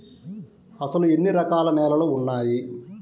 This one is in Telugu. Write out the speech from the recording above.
అసలు ఎన్ని రకాల నేలలు వున్నాయి?